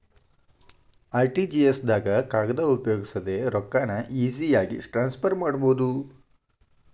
RTGS ದಾಗ ಕಾಗದ ಉಪಯೋಗಿಸದೆ ರೊಕ್ಕಾನ ಈಜಿಯಾಗಿ ಟ್ರಾನ್ಸ್ಫರ್ ಮಾಡಬೋದು